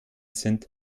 sind